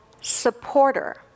supporter